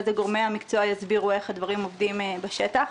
זה גורמי המקצוע יסבירו איך הדברים עובדים בשטח.